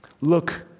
Look